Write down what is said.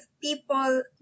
people